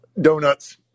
Donuts